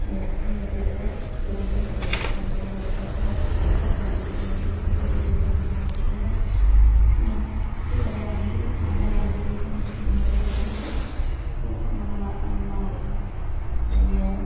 നേഴ്സിനെയൊക്കെ ഇവിടെ കൂടുതൽ ശമ്പളം കൊടുത്ത് അവർക്ക് അവരുടെ കാര്യങ്ങള് നിർവഹിക്കത്തക്ക രീതിയിലുള്ള ശമ്പളം കൊടുത്തിവിടെ നിർത്തുകയാണെങ്കിൽ നമ്മുടെ ആരോഗ്യ സംരക്ഷണമേഖല കുറച്ചുകൂടെ നന്നാ നന്നാവും പിന്നെ